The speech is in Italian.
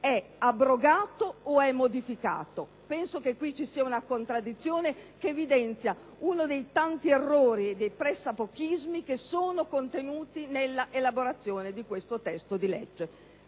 è abrogato o è modificato? Penso che su questo passaggio ci sia una contraddizione che evidenza uno dei tanti errori e dei pressapochismi che sono contenuti nella elaborazione di questo testo di legge.